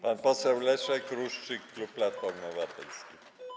Pan poseł Leszek Ruszczyk, klub Platformy Obywatelskiej.